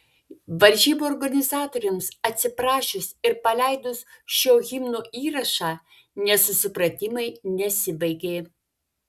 varžybų organizatoriams atsiprašius ir paleidus šio himno įrašą nesusipratimai nesibaigė